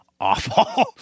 awful